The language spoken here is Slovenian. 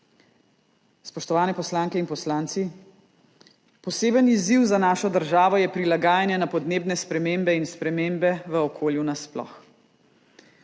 Spoštovane poslanke in poslanci, poseben izziv za našo državo je prilagajanje na podnebne spremembe in spremembe v okolju nasploh.